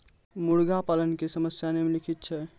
मुर्गा पालन के समस्या निम्नलिखित छै